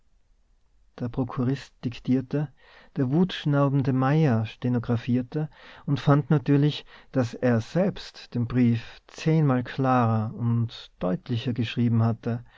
der prokurist diktierte der wutschnaubende mayer stenographierte und fand natürlich daß er selbst den brief zehnmal klarer und deutlicher geschrieben hatte